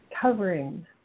covering